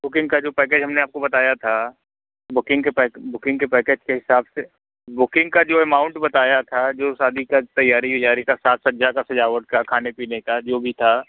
booking का जो package हम ने आपको बताया था बुकिंग के पैके बुकिंग के पैकेट के हिसाब से बुकिंग का जो अमाउंट बताया था जो शादी की तैयारी वयारी की साज सज्जा की सजावट का खाने पीने का जो भी था